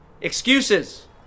Excuses